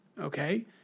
okay